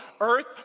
earth